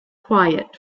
quiet